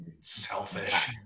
selfish